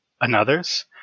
another's